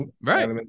Right